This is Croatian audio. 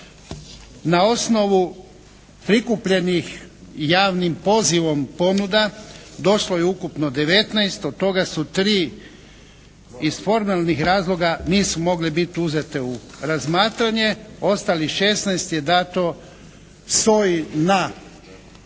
na osnovu prikupljenih i javnim pozivom ponuda došlo je ukupno 19. Od toga su 3 iz formalnih razloga nisu mogle biti uzete u razmatranje. Ostalih 16 je dato, stoji na potpunu